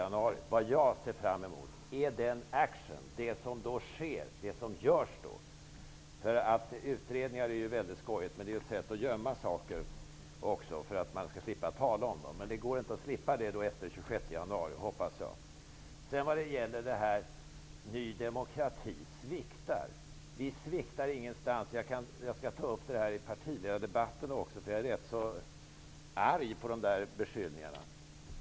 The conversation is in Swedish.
Men det som jag ser fram emot är det som då kommer att göras. Det är väldigt skojigt med utredningar, men att tillsätta en utredning är också ett sätt att gömma saker för att slippa tala om dem. Men jag hoppas att man inte kan komma undan en sådan diskussion efter den 26 januari. Per-Ola Eriksson sade att Ny demokrati ibland sviktar. Vi i Ny demokrati sviktar inte alls. Sådana här påståenden tänker jag ta upp även i partiledardebatten. Jag är nämligen rätt arg över sådana beskyllningar.